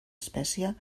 espècie